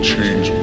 change